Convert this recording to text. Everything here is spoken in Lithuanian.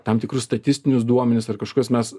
tam tikrus statistinius duomenis ar kažkas mes